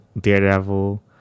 Daredevil